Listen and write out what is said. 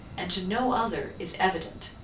and to no other, is evident.